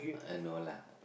eh no lah